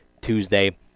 Tuesday